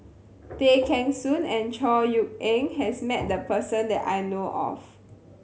Tay Kheng Soon and Chor Yeok Eng has met this person that I know of